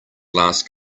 last